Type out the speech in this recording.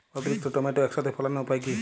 অতিরিক্ত টমেটো একসাথে ফলানোর উপায় কী?